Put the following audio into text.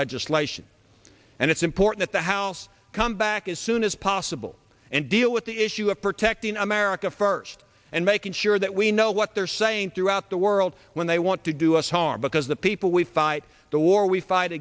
legislation and it's important the house come back as soon as possible and deal with the issue of protecting america first and making sure that we know what they're saying throughout the world when they want to do us harm because the people we fight the war we fight